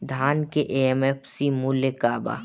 धान के एम.एफ.सी मूल्य का बा?